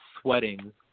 sweating